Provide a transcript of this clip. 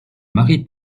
mary